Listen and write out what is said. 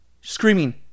screaming